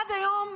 עד היום,